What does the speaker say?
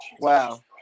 Wow